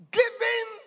giving